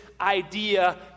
idea